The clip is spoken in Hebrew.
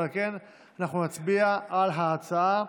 ועל כן אנחנו נצביע על ההצעה,